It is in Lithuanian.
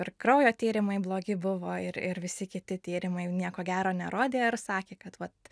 ir kraujo tyrimai blogi buvo ir ir visi kiti tyrimai nieko gero nerodė ir sakė kad vat